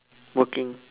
working